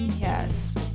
Yes